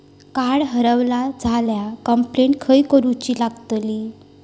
Card हरवला झाल्या complaint खय करूची लागतली?